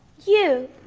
you?